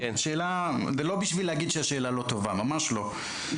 זה לא בשביל להגיד שהשאלה לא טובה, ממש לא.